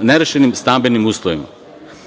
nerešenim stambenim uslovima.